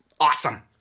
awesome